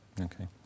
okay